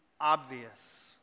obvious